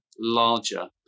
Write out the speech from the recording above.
larger